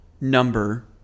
number